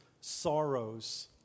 sorrows